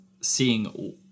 seeing